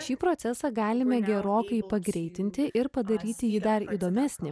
šį procesą galime gerokai pagreitinti ir padaryti jį dar įdomesnį